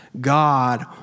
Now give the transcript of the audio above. God